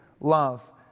love